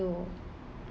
to